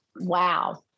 Wow